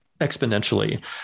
exponentially